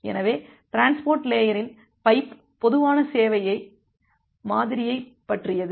எனவே டிரான்ஸ்போர்ட் லேயரின் பைப் பொதுவான சேவை மாதிரியைப் பற்றியது